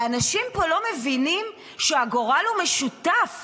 ואנשים פה לא מבינים שהגורל הוא משותף,